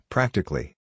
Practically